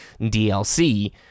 DLC